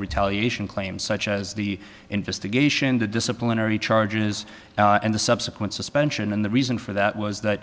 retaliation claim such as the investigation the disciplinary charges and the subsequent suspension and the reason for that was that